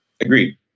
Agreed